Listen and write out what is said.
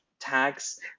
Tags